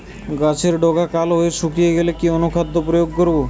গাছের ডগা কালো হয়ে শুকিয়ে গেলে কি অনুখাদ্য প্রয়োগ করব?